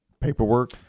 paperwork